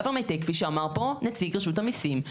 government take כפי שאמר פה נציג רשות המיסים,